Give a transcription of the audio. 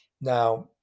Now